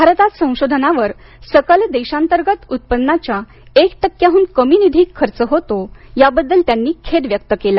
भारतात संशोधनावर सकल देशांतर्गत उत्पन्नाच्या एक टक्क्याहून कमी निधी खर्च होतो याबद्दल त्यांनी खेद व्यक्त केला